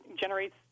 generates